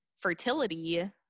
fertility